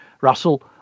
Russell